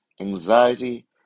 anxiety